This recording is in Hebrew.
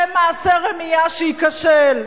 זה מעשה רמייה שייכשל,